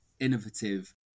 innovative